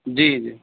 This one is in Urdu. جی جی